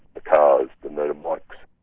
the cars, the motorbikes,